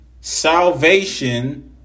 salvation